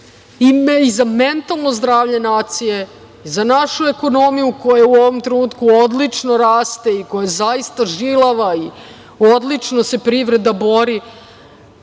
nas i za mentalno zdravlje nacije, za našu ekonomiju koja u ovom trenutku odlično raste i koja je zaista žilava i odlično se privreda bori.